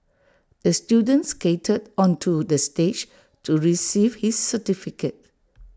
the student skated onto the stage to receive his certificate